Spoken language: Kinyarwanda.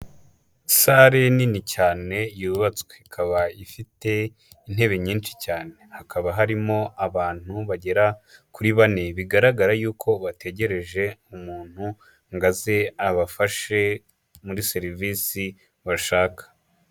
Sale nini cyane yubatswe, ikaba ifite intebe nyinshi cyane, hakaba harimo abantu bagera kuri bane, bigaragara y'uko bategereje umuntu ngo aze abafashe muri serivisi bashaka.